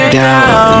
down